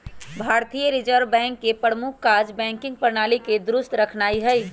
भारतीय Reserve Bank के प्रमुख काज़ बैंकिंग प्रणाली के दुरुस्त रखनाइ हइ